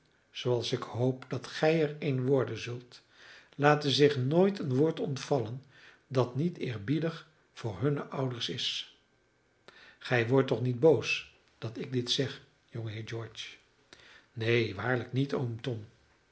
zooals ik hoop dat gij er een worden zult laten zich nooit een woord ontvallen dat niet eerbiedig voor hunne ouders is gij wordt toch niet boos dat ik dit zeg jongeheer george neen waarlijk niet oom tom